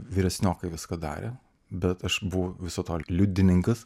vyresniokai viską darė bet aš buvau viso to liudininkas